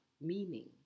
meaning